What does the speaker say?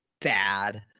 bad